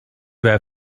were